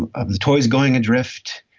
of the toys going adrift.